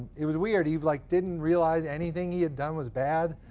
it was weird, he like didn't realize anything he had done was bad.